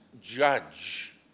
judge